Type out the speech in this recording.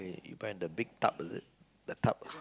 you buy in the big tub is it the tub